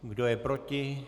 Kdo je proti?